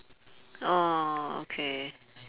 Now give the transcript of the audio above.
orh okay